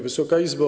Wysoka Izbo!